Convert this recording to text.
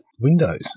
Windows